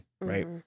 right